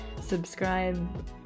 subscribe